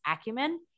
acumen